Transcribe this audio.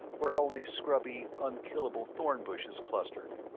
where only scrubby unkillable thornbushes clustered.